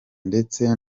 ndetse